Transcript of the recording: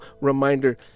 reminder